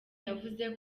yavuze